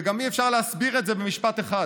וגם אי-אפשר להסביר את זה במשפט אחד,